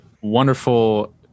wonderful